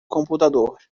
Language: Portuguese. computador